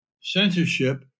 censorship